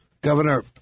Governor